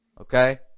okay